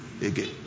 again